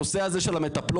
הנושא הזה של המטפלות,